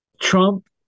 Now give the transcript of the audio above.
Trump